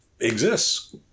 Exists